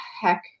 heck